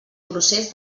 procés